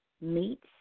meats